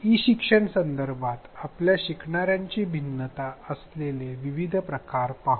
E शिक्षण संदर्भात आपल्या शिकणाऱ्यांची भिन्नता असलेले विविध प्रकार पाहू